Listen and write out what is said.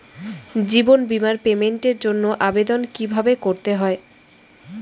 জীবন বীমার পেমেন্টের জন্য আবেদন কিভাবে করতে হয়?